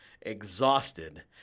exhausted